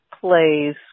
plays